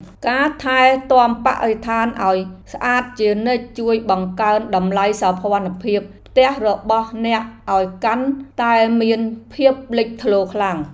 ការថែទាំបរិស្ថានឱ្យស្អាតជានិច្ចជួយបង្កើនតម្លៃសោភ័ណភាពផ្ទះរបស់អ្នកឱ្យកាន់តែមានភាពលេចធ្លោខ្លាំង។